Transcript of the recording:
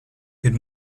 good